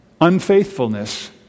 Unfaithfulness